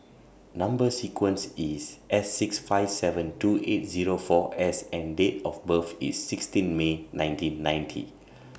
Number sequence IS S six five seven two eight Zero four S and Date of birth IS sixteen May nineteen ninety